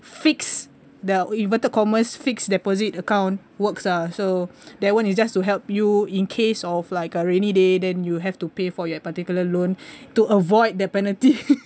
fixed the inverted commerce fixed deposit account works ah so that one is just to help you in case of like a rainy day then you have to pay for your particular loan to avoid the penalty